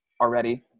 already